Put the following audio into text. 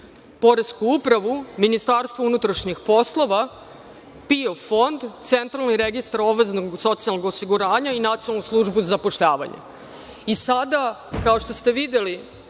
Poresku upravu, Ministarstvo unutrašnjih poslova, PIO fond, Centralni registar obaveznog socijalnog osiguranja i Nacionalnu službu zapošljavanja. Sada, kao što ste videli